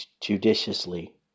judiciously